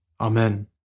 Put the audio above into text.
Amen